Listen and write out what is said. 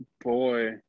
Boy